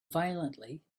violently